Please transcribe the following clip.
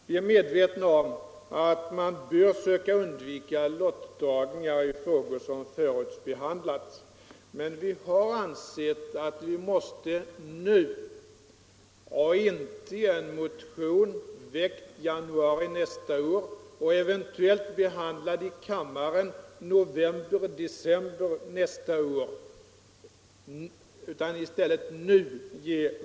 Vi är medvetna om att man bör söka undvika lottdragningar i frågor som förutbehandlats, men vi har ändå ansett att vi måste nu — inte i en motion väckt i januari nästa år och eventuellt behandlad i kammaren i november-december — ge vår mening till känna.